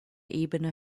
ebene